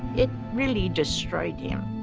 it really destroyed him.